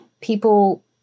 people